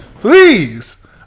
Please